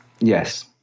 yes